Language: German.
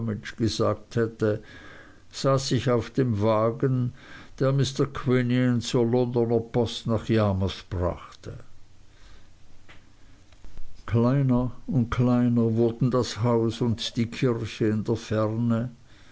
gesagt hätte saß ich auf dem wagen der mr quinion zur londoner post nach yarmouth brachte kleiner und kleiner wurden das haus und die kirche in der ferne